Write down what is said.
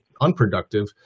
unproductive